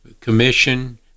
commission